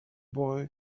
boy